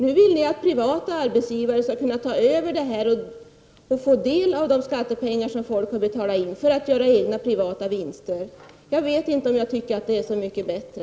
Nu vill ni att privata arbetsgivare skall kunna ta över den här verksamheten och få del av de skattepengar som folk har betalat in -- för att göra egna privata vinster. Jag kan inte säga att jag tycker att det är så mycket bättre.